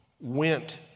went